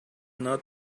not